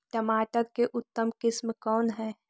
टमाटर के उतम किस्म कौन है?